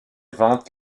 ventes